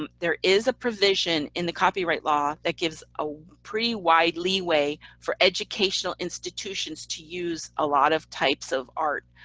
um there is a provision in the copyright law that gives a pretty wide leeway for educational institutions to use a lot of types of art.